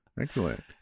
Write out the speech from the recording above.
Excellent